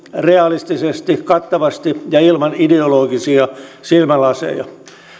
realistisesti kattavasti ja ilman ideologisia silmälaseja